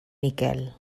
miquel